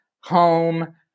home